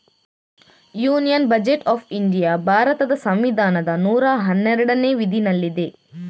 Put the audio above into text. union budget of India ಭಾರತದ ಸಂವಿಧಾನದ ನೂರಾ ಹನ್ನೆರಡನೇ ವಿಧಿನಲ್ಲಿದೆ